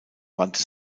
wandte